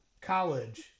college